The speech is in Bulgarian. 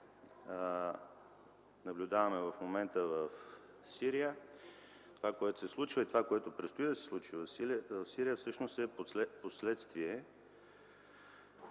наблюдаваме в момента в Сирия. Това, което се случва и което предстои да се случи в Сирия, всъщност е последствие